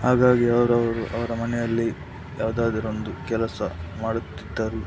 ಹಾಗಾಗಿ ಅವರವರು ಅವರ ಮನೆಯಲ್ಲಿ ಯಾವುದಾದರೊಂದು ಕೆಲಸ ಮಾಡುತ್ತಿದ್ದರು